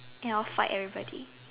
and all fight every body